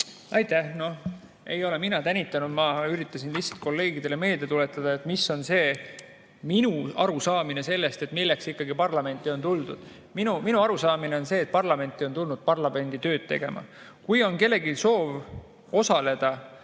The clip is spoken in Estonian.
Aitäh! Ei ole mina tänitanud. Ma üritasin lihtsalt kolleegidele meelde tuletada, mis on minu arusaamine sellest, milleks ikkagi parlamenti on tuldud. Minu arusaamine on see, et parlamenti on tuldud parlamendi tööd tegema. Kui on kellelgi soov osaleda